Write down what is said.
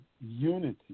unity